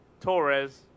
Torres